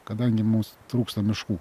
kadangi mums trūksta miškų